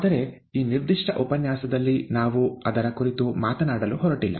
ಆದರೆ ಈ ನಿರ್ದಿಷ್ಟ ಉಪನ್ಯಾಸದಲ್ಲಿ ನಾವು ಅದರ ಕುರಿತು ಮಾತನಾಡಲು ಹೊರಟಿಲ್ಲ